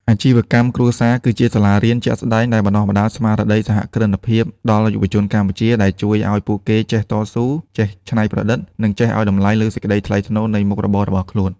អាជីវកម្មគ្រួសារគឺជាសាលារៀនជាក់ស្ដែងដែលបណ្ដុះស្មារតីសហគ្រិនភាពដល់យុវជនកម្ពុជា ដែលជួយឱ្យពួកគេចេះតស៊ូ ចេះច្នៃប្រឌិត និងចេះឱ្យតម្លៃលើសេចក្ដីថ្លៃថ្នូរនៃមុខរបររបស់ខ្លួន។